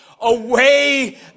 away